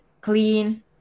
clean